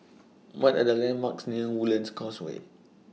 What Are The landmarks near Woodlands Causeway